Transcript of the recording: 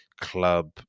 club